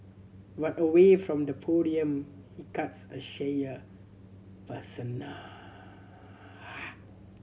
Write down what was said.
but away from the podium he cuts a shyer persona